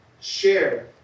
share